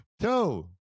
two